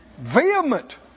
vehement